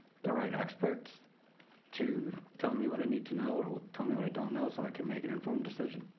the right experts to tell me what i need to know or tell me what i don't know so i can make an informed decision.